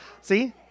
See